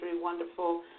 wonderful